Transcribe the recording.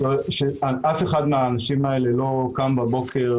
ואף אחד מהאנשים האלה לא קם בבוקר,